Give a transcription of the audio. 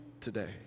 today